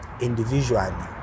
individually